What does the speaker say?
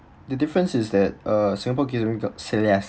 the difference is that uh singapore gearing got